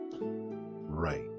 Right